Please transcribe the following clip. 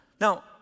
Now